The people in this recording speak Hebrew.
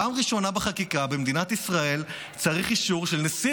פעם ראשונה במדינת ישראל צריך אישור של נשיא